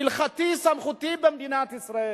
הלכתי סמכותי במדינת ישראל.